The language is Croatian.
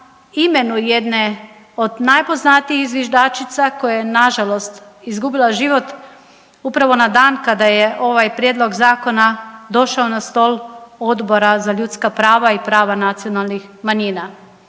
imenu jedne od najpoznatijih zviždačica koja je nažalost izgubila život upravo na dan kada je ovaj prijedlog zakona došao na stol Odbora za ljudska prava i prava nacionalnih manjina,